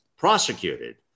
prosecuted